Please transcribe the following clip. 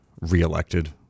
reelected